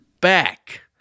back